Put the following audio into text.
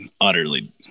Utterly